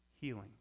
healing